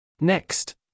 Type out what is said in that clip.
Next